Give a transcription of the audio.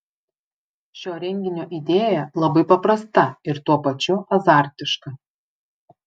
šio renginio idėja labai paprasta ir tuo pačiu azartiška